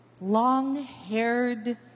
long-haired